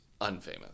Unfamous